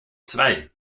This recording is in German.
zwei